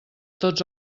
tots